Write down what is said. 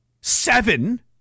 seven